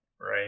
Right